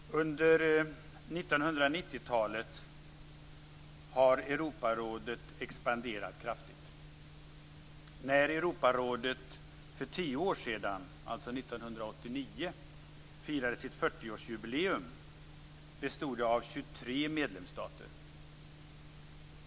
Fru talman! Under 1990-talet har Europarådet expanderat kraftigt. När Europarådet för tio år sedan, alltså 1989, firade sitt 40-årsjubileum bestod det av 23 medlemsstater.